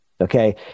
Okay